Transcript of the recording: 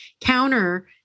counter